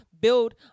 build